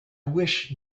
wish